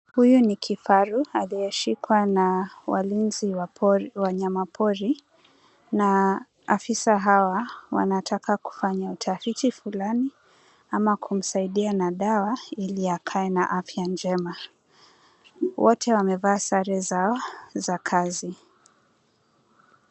Huyu ni kifaru aliyeshikwa na walinzi wa wanyama pori na afisa hawa wanataka kufanya utafiti fulani ama kumsaidia na dawa ili akae na afya njema. Wote wamevaa sare za kazi.